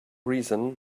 reason